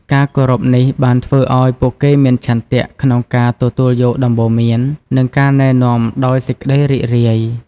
ភាពគោរពនេះបានធ្វើឱ្យពួកគេមានឆន្ទៈក្នុងការទទួលយកដំបូន្មាន និងការណែនាំដោយសេចក្តីរីករាយ។